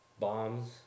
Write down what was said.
bombs